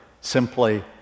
simply